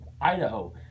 Idaho